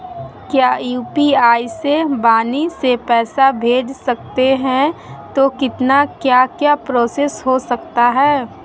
क्या यू.पी.आई से वाणी से पैसा भेज सकते हैं तो कितना क्या क्या प्रोसेस हो सकता है?